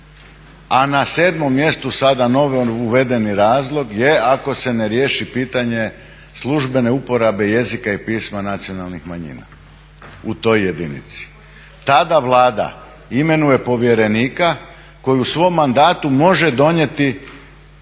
a na 7.mjestu sada novo uvedeni razlog je ako se ne riješi pitanje službene uporabe jezika i pisma nacionalnih manjina u toj jedinici. Tada Vlada imenuje povjerenika koji u svom mandatu može donijeti